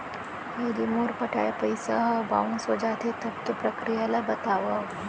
यदि मोर पटाय पइसा ह बाउंस हो जाथे, तब के प्रक्रिया ला बतावव